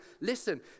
listen